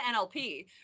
nlp